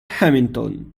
hamilton